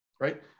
right